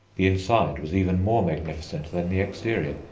the inside was even more magnificent than the exterior.